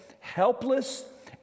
helpless